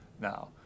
now